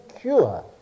cure